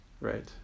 right